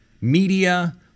media